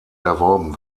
erworben